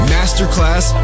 Masterclass